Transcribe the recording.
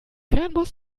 fernbus